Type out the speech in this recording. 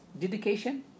dedication